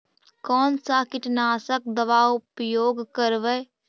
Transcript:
कोन सा कीटनाशक दवा उपयोग करबय?